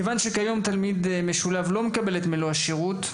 כיוון שכיום תלמיד משולב לא מקבל את מלוא השירות,